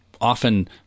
often